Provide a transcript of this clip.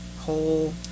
whole